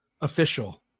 official